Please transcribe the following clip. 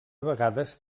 vegades